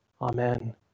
Amen